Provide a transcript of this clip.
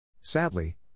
Sadly